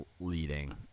leading